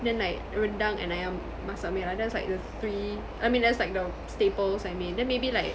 then like rendang and ayam masak merah that is like the three I mean that's like the staples I mean then maybe like